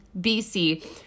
BC